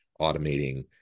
automating